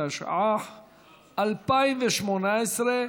התשע"ח 2018,